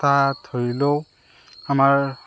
এটা ধৰি লওক আমাৰ